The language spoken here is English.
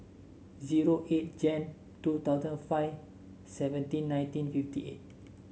zero eight Jan two thousand five seventeen nineteen fifty eight